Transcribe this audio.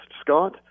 Scott